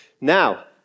Now